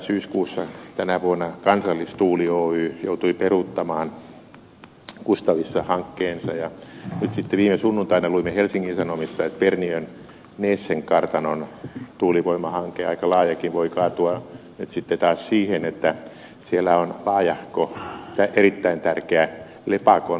syyskuussa tänä vuonna kansallistuuli oy joutui peruuttamaan kustavissa hankkeensa ja nyt sitten viime sunnuntaina luimme helsingin sanomista että perniön näsen kartanon tuulivoimahanke aika laajakin voi taas kaatua siihen että siellä on laajahko erittäin tärkeä lepakon talvehtimisalue